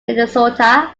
minnesota